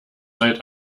seit